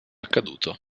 accaduto